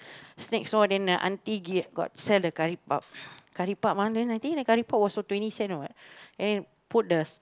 snacks all then the auntie get got sell the curry puff curry puff ah I think the curry puff was for twenty cent or what and put the